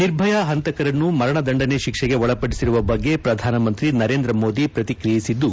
ನಿರ್ಭಯಾ ಹಂತಕರನ್ನು ಮರಣದಂಡನೆ ಶಿಕ್ಷೆಗೆ ಒಳಪಡಿಸಿರುವ ಬಗ್ಗೆ ಪ್ರಧಾನ ಮಂತ್ರಿ ನರೇಂದ್ರ ಮೋದಿ ಪ್ರತಿಕ್ರಿಯಿಸಿದ್ದು